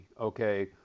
okay